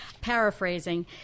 paraphrasing